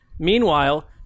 Meanwhile